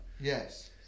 Yes